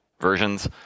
versions